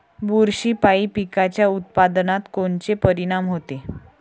बुरशीपायी पिकाच्या उत्पादनात कोनचे परीनाम होते?